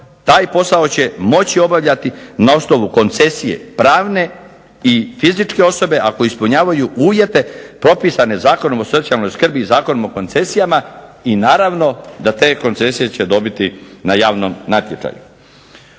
taj posao će moći obavljati na osnovu koncesije pravne i fizičke osobe, ako ispunjavaju uvjete propisane Zakonom o socijalnoj skrbi i Zakonom o koncesijama, i naravno da te koncesije će dobiti na javnom natječaju.